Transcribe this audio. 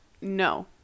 No